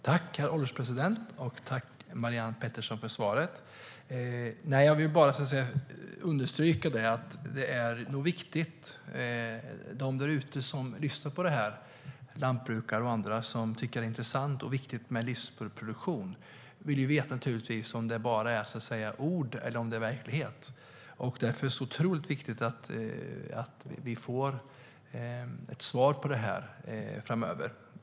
Herr ålderspresident! Tack, Marianne Pettersson, för svaret! Jag vill bara understryka att lantbrukare och andra som tycker att frågorna om livsmedelsproduktion är intressanta och viktiga och lyssnar på debatten vill veta om det är fråga om ord eller verklighet. Därför är det så otroligt viktigt att vi får svar framöver.